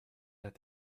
that